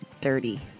dirty